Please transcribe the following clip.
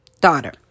daughter